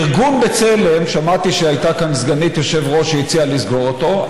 ארגון בצלם שמעתי שהייתה כאן סגנית יושב-ראש שהציעה לסגור אותו,